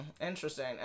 Interesting